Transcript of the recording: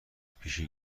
پیشی